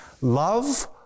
Love